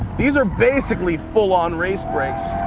these are basically full on race brakes.